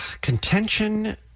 contention